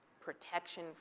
Protection